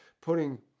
putting